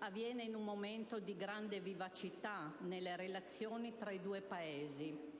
avviene in un momento di grande vivacità nelle relazioni tra i due Paesi.